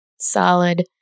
solid